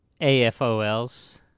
AFOLs